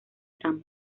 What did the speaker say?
tramo